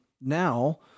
now